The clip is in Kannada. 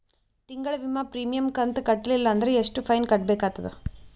ತಿಂಗಳ ವಿಮಾ ಪ್ರೀಮಿಯಂ ಕಂತ ಕಟ್ಟಲಿಲ್ಲ ಅಂದ್ರ ಎಷ್ಟ ಫೈನ ಕಟ್ಟಬೇಕಾಗತದ?